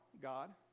God